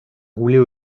roulait